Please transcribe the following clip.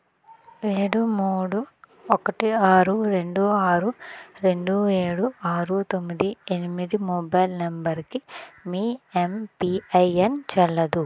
ఏడు మూడు ఒకటి ఆరు రెండు ఆరు రెండు ఏడు ఆరు తొమ్మిది ఎనిమిది మొబైల్ నంబరుకి మీ ఎమ్పిఐన్ చెల్లదు